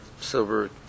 silver